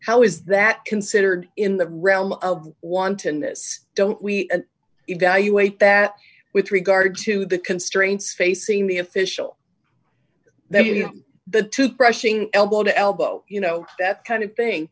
how is that considered in the realm of wantonness don't we evaluate that with regard to the constraints facing the official then the toothbrushing elbow to elbow you know that kind of thing